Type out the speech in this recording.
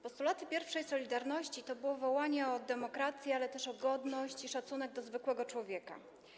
Postulaty pierwszej „Solidarności” to było wołanie o demokrację, ale też o godność i szacunek do zwykłego człowieka.